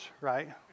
right